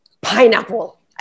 Pineapple